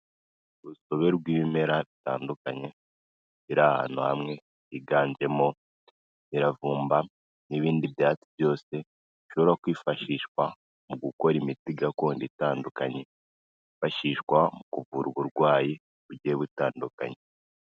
Urusobe rw'ibimera bitandukanye biri ahantu hamwe, higanjemo imiravumba n'ibindi byatsi byose bishobora kwifashishwa mu gukora imiti gakondo itandukanye. Yifashishwa mu kuvura uburwayi bugiye butandukanye.